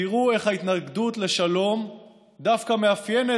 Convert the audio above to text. תראו איך ההתנגדות לשלום דווקא מאפיינת